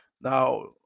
Now